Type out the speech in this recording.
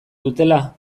dutela